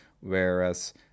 whereas